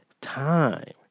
time